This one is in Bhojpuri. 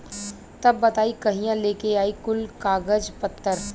तब बताई कहिया लेके आई कुल कागज पतर?